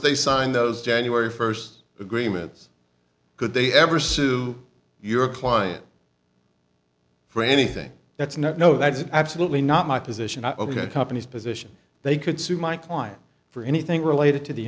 they signed those january first agreements could they ever sue your client for anything that's not no that's absolutely not my position of a good companies position they could sue my client for anything related to the